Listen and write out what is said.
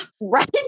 Right